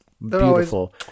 beautiful